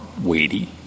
weighty